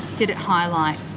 did it highlight